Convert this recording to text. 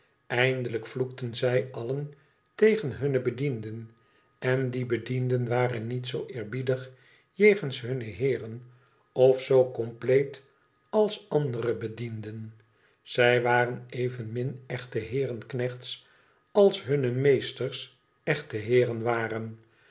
eindelijk vloekten zij allen tegen liunne bedienden en die bedienden waren niet zoo eerbiedig jegens hunne heeren of zoo compleet als andere bedienden zij waren evenmin echte heerenknechts als hunne meesters echte heeren waren